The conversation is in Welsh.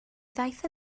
ddaeth